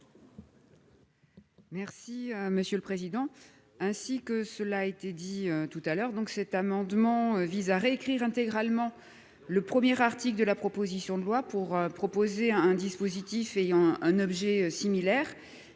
Merci monsieur le président, ainsi que cela a été dit tout à l'heure donc cet amendement vise à réécrire intégralement le premier article de la proposition de loi pour proposer un dispositif ayant un objet similaire